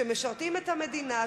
שמשרתות את המדינה,